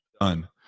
Done